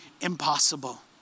impossible